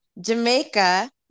Jamaica